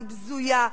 היא בזויה,